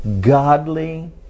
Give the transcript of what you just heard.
godly